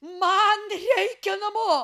man reikia namo